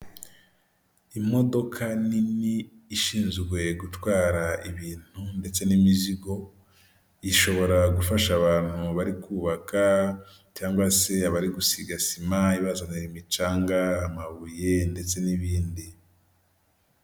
Imodoka nini ishinzwe gutwara ibintu ndetse n'imizigo, ishobora gufasha abantu bari kubaka cyangwa se abari gusiga sima ibazanira imicanga, amabuye ndetse n'ibindi.